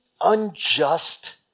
unjust